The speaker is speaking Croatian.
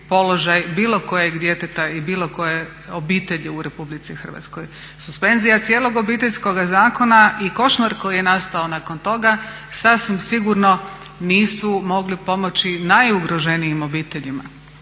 bilo kojeg djeteta i bilo koje obitelji u Republici Hrvatskoj. Suspenzija cijeloga Obiteljskog zakona i košmar koji je nastao nakon toga, sasvim sigurno nisu mogli pomoći najugroženijim obiteljima,